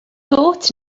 gôt